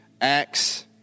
Acts